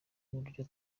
uburyo